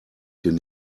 den